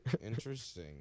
interesting